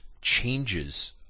changes